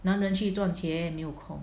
男人去赚钱没有空